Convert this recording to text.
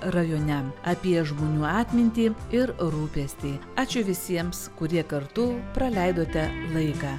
rajone apie žmonių atmintį ir rūpestį ačiū visiems kurie kartu praleidote laiką